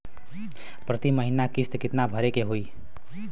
प्रति महीना किस्त कितना भरे के होई?